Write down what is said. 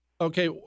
Okay